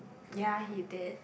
ya he dead